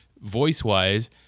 voice-wise